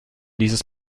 dieses